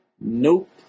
Nope